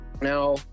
Now